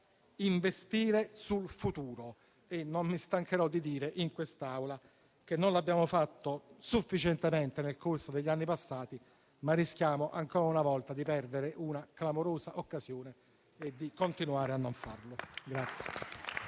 investire sul futuro. E non mi stancherò di dire in quest'Aula che non l'abbiamo fatto sufficientemente nel corso degli anni passati, ma rischiamo, ancora una volta, di perdere una clamorosa occasione e di continuare a non farlo.